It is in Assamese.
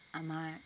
আমাৰ